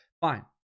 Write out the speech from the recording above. Fine